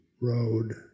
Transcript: road